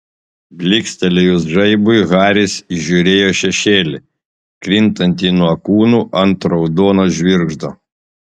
blykstelėjus žaibui haris įžiūrėjo šešėlį krintantį nuo kūnų ant raudono žvirgždo